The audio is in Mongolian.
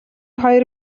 хоёр